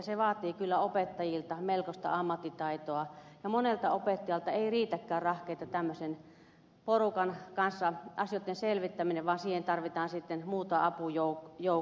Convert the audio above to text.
se vaatii kyllä opettajilta melkoista ammattitaitoa ja monelta opettajalta ei riitäkään rahkeita tämmöisen porukan kanssa asioitten selvittämiseen vaan siihen tarvitaan sitten muuta apujoukkoa